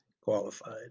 qualified